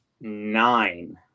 nine